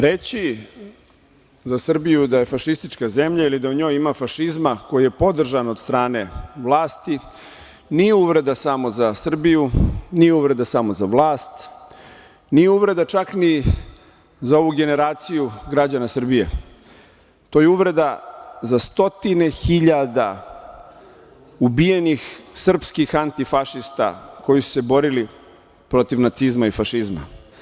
Reći za Srbiju da je fašistička zemlja ili da u njoj ima fašizma koji je podržan od strane vlasti nije uvreda samo za Srbiju, nije uvreda samo za vlast, nije uvreda čak ni za ovu generaciju građana Srbije, to je uvreda za stotine hiljada ubijenih srpskih antifašista koji su se borili protiv nacizma i fašizma.